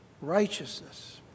righteousness